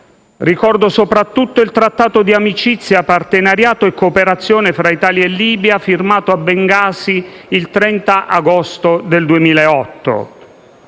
Ricordo soprattutto il Trattato di amicizia, partenariato e cooperazione tra Italia e Libia, firmato a Bengasi il 30 agosto 2008.